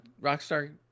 Rockstar